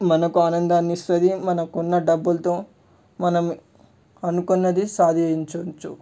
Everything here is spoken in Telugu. మనకు ఆనందాన్ని ఇస్తుంది మనం కొన్న డబ్బులతో మనం అనుకున్నది సాధించొచ్చు